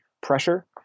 pressure